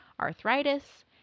arthritis